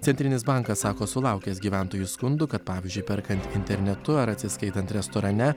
centrinis bankas sako sulaukęs gyventojų skundų kad pavyzdžiui perkant internetu ar atsiskaitant restorane